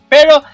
Pero